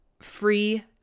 free